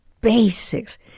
basics